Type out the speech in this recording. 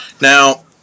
Now